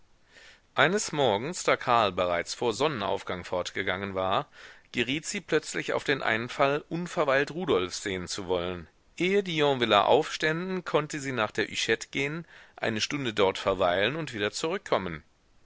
eines morgens da karl bereits vor sonnenaufgang fortgegangen war geriet sie plötzlich auf den einfall unverweilt rudolf sehen zu wollen ehe die yonviller aufständen konnte sie nach der hüchette gehen eine stunde dort verweilen und wieder zurückkommen